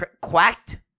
Quacked